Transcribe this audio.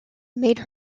made